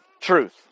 truth